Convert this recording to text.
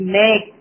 make